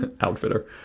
Outfitter